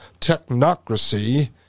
technocracy